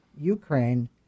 Ukraine